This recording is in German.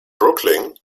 brooklyn